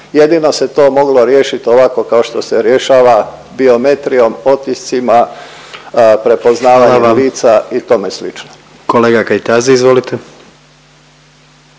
jedino se to moglo riješit ovako kao što se rješava biometrijom, otiscima, prepoznavanjem …/Upadica predsjednik: Hvala